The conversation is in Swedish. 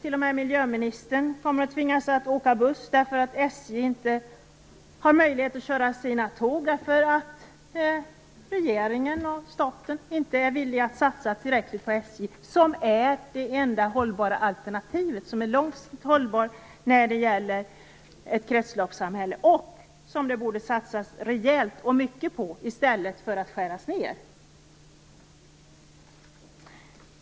T.o.m. miljöministern kommer att tvingas åka buss, därför att SJ inte har möjlighet att köra sina tåg på grund av att staten inte är villig att satsa tillräckligt på SJ, som är det enda hållbara alternativet i ett kretsloppssamhälle och som det borde satsas mycket på i stället för att skäras ned.